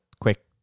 Quick